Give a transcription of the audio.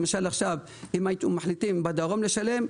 למשל אם מחליטים בדרום לשלם,